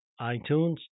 iTunes